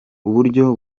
uburyo